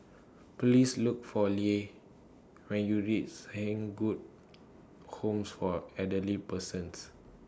Please Look For Lea when YOU REACH Saint Good Home For Elderly Persons